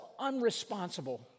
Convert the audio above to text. unresponsible